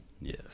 yes